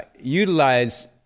utilize